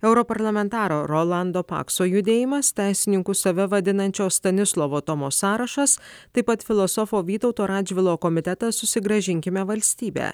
europarlamentaro rolando pakso judėjimas teisininkų save vadinančio stanislovo tomo sąrašas taip pat filosofo vytauto radžvilo komitetas susigrąžinkime valstybę